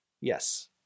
yes